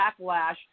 backlash